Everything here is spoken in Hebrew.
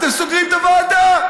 אתם סוגרים את הוועדה.